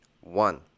One